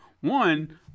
One